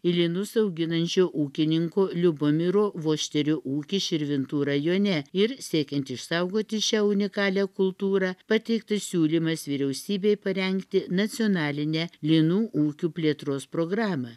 į linus auginančio ūkininko liubomiro vošterio ūkį širvintų rajone ir siekiant išsaugoti šią unikalią kultūrą pateiktas siūlymas vyriausybei parengti nacionalinę linų ūkių plėtros programą